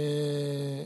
בעיניי.